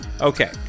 okay